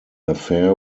affair